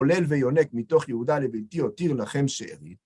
עולל ויונק מתוך יהודה לבלתי אותיר לכם שארית.